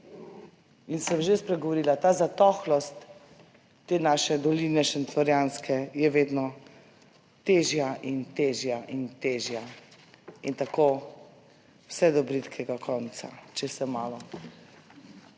In sem že spregovorila, ta zatohlost te naše doline Šentflorjanske je vedno težja in težja in težja in tako vse do bridkega konca, če se malo